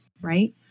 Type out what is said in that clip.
Right